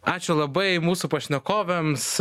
ačiū labai mūsų pašnekovėms